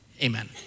Amen